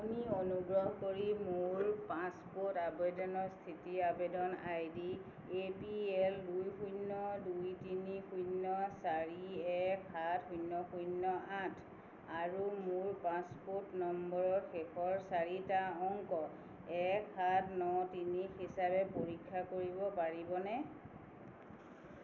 আপুনি অনুগ্ৰহ কৰি মোৰ পাছপোৰ্ট আবেদনৰ স্থিতি আবেদন আইডি এ পি এল দুই শূন্য দুই তিনি শূন্য চাৰি এক সাত শূন্য শূন্য আঠ আৰু মোৰ পাছপোৰ্ট নম্বৰৰ শেষৰ চাৰিটা অংক এক সাত ন তিনি হিচাপে পৰীক্ষা কৰিব পাৰিবনে